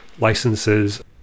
licenses